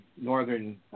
northern